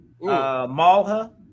Malha